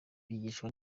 bigishwa